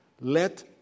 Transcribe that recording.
Let